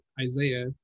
Isaiah